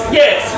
yes